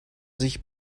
sich